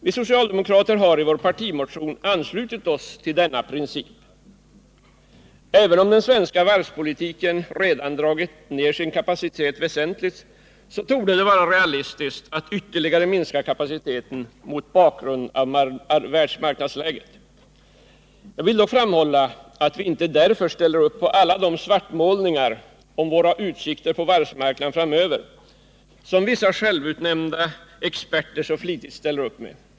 Vi socialdemokrater har i vår partimotion anslutit oss till denna princip — även om den svenska varvsindustrin redan dragit ned sin kapacitet väsentligt, torde det mot bakgrund av världsmarknadsläget vara realistiskt att ytterligare minska kapaciteten. Jag vill dock framhålla att vi därmed inte ställer upp på alla de svartmålningar av våra utsikter på varvsmarknaden framöver som vissa självutnämnda experter så flitigt levererar.